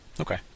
Okay